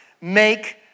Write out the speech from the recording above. make